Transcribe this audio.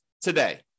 today